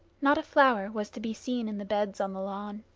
not a flower was to be seen in the beds on the lawn.